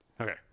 okay